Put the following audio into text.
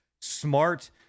smart